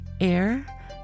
air